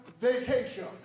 vacation